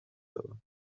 دادم